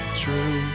true